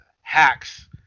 hacks